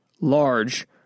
large